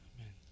Amen